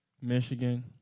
Michigan